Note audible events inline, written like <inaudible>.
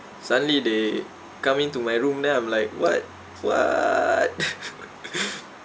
suddenly they come into my room then I'm like what what <laughs>